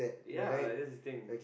ya that's the thing